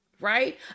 right